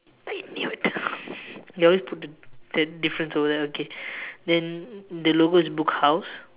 I knew it they always put the the differences over there K then the logo is book house